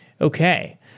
Okay